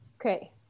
Okay